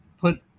put